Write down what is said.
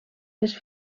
les